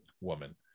woman